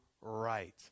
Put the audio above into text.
right